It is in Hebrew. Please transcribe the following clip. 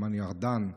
דומני שארדן,